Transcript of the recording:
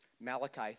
Malachi